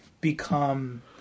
become